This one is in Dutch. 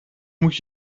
moet